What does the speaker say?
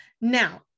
Now